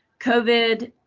covid.